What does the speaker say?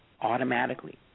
automatically